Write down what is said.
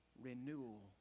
renewal